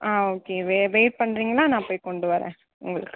ஆ okay வெ wait பண்ணுறீங்களா நா போய் கொண்டு வரேன் உங்களுக்கு